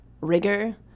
rigor